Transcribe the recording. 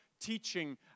teaching